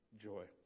Joy